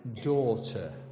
daughter